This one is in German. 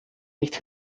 nicht